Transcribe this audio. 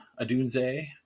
Adunze